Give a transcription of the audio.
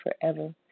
forever